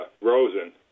Rosen